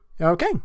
Okay